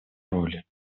роли